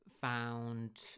found